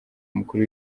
umukuru